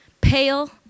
pale